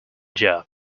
job